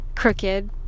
crooked